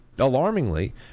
alarmingly